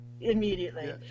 Immediately